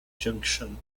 junction